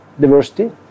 diversity